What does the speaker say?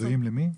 פיצויים למי?